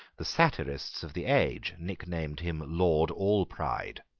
the satirists of the age nicknamed him lord allpride.